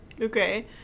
Okay